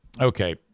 Okay